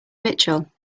mitchell